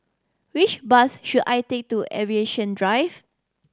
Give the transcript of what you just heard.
which bus should I take to Aviation Drive